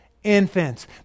infants